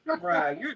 right